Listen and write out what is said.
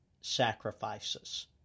sacrifices